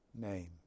Name